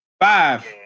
Five